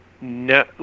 No